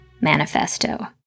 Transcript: Manifesto